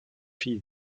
fille